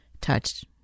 touched